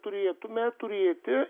turėtume turėti